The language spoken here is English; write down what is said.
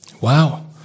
Wow